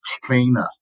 cleaner